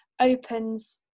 opens